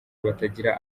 batagira